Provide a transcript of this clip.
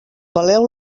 peleu